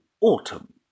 autumn